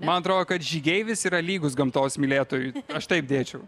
man atrodo kad žygeivis yra lygus gamtos mylėtojui aš taip dėčiau